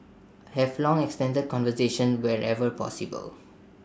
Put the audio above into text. have long extended conversations wherever possible